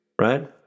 Right